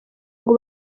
ngo